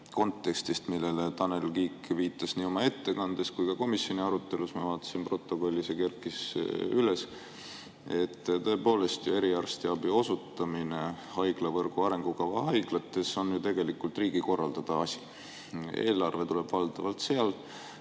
kontekstis, millele Tanel Kiik viitas nii oma ettekandes kui ka komisjoni arutelus – ma vaatasin protokolli, see kerkis üles –, et tõepoolest, eriarstiabi osutamine haiglavõrgu arengukava haiglates on ju tegelikult riigi korraldada? Eelarve tuleb valdavalt sealt.